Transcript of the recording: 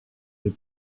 les